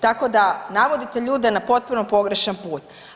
Tako da navodite ljude na potpuno pogrešan put.